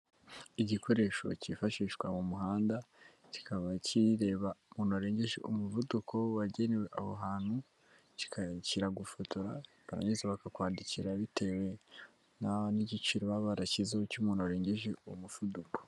Igikoresho cyifashishwa mu muhanda, kikaba kireba umuntu warengeje umuvuduko wagenewe aho hantu. Kiragufotora barangiza bakakwandikira bitewe n'igiciro baba barashyizeho cy'umuntu warengeje umuvuduko.